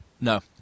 No